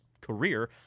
career